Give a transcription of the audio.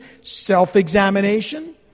self-examination